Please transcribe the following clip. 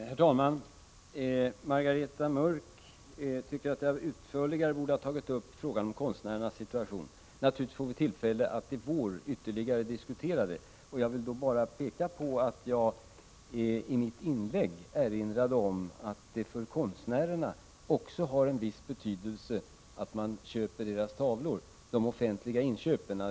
Herr talman! Margareta Mörck tycker att jag utförligare borde ha tagit upp frågan om konstnärernas situation. Vi får naturligtvis tillfälle att i vår ytterligare diskutera den frågan. Jag vill bara peka på att jag i mitt inlägg erinrade om att det för konstnärerna också har en viss betydelse att man köper deras tavlor — genom de offentliga inköpen.